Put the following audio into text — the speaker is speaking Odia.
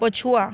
ପଛୁଆ